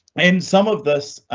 and some of this, ah,